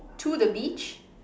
to the beach